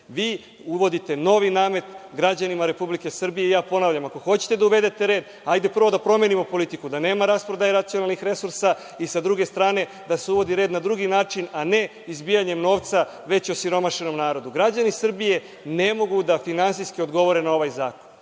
Uvodite novi namet građanima Republike Srbije. Ponavljam, ako hoćete da uvedete red, hajde prvo da promenimo politiku, da nema rasprodaje nacionalnih resursa i, sa druge strane, da se uvede red na drugi način, a ne izbijanjem novca već osiromašenom narodu. Građani Srbije ne mogu da finansijski odgovore na ovaj zakon.